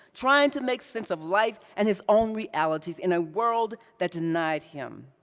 trying to make sense of life and his own realities in a world that denied him.